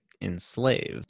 enslaved